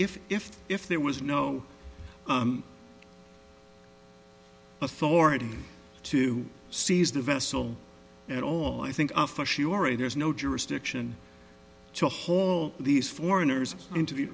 if if if there was no authorities to seize the vessel at all i think there's no jurisdiction to hold these foreigners interview